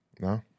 No